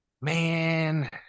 Man